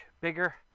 bigger